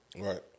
Right